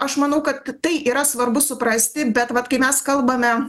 aš manau kad tai yra svarbu suprasti bet vat kai mes kalbame